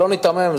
לא ניתמם,